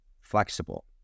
flexible